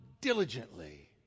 diligently